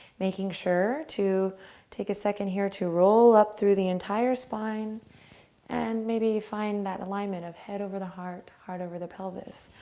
making sure to take a second here to roll up through the entire spine and maybe find that alignment of head over the heart heart over the pelvis.